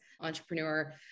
entrepreneur